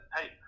Hey